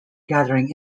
gathering